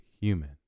human